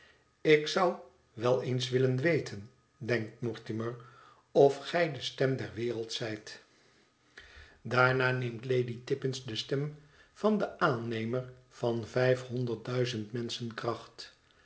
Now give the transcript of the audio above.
tik zou wel eens willen weten denkt mortimer of gij de stem der wereld zijt daarna neemt lady tippins de stem op van den aannemer van